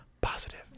positive